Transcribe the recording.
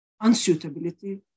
unsuitability